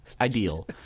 ideal